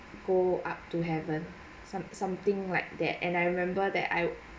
go up to heaven some something like that and I remember that I